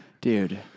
Dude